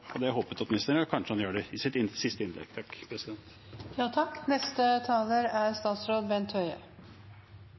håpet på fra ministeren. Kanskje han gjør det i sitt siste innlegg.